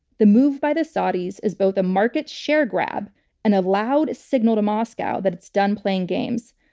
the move by the saudis is both a market share grab and a loud signal to moscow that it's done playing games.